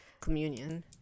communion